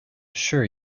sure